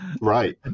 right